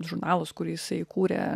žurnalas kurį jisai įkūrė